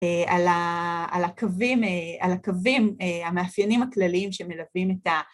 ‫על הקווים המאפיינים הכלליים ‫שמלווים את ה...